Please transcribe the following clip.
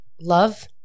love